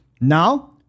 now